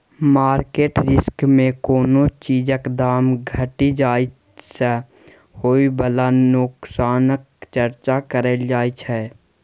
market risk मे कोनो चीजक दाम घटि जाइ सँ होइ बला नोकसानक चर्चा करल जाइ छै